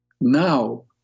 Now